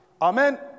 Amen